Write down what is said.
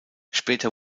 später